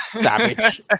savage